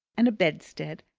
and a bedstead,